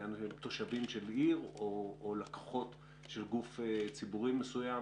שתושבים של עיר או לקוחות של גוף ציבורי מסוים